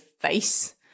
face